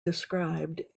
described